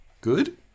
good